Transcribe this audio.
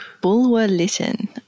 Bulwer-Lytton